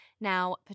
Now